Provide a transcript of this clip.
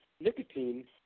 nicotine